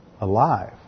alive